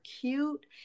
cute